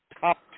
top